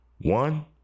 One